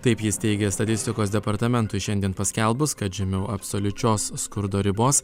taip jis teigia statistikos departamentui šiandien paskelbus kad žemiau absoliučios skurdo ribos